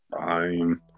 Fine